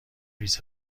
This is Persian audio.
ریز